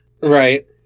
Right